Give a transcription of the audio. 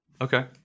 okay